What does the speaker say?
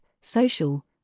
social